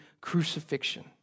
crucifixion